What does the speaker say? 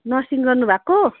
nursing गर्नुभएको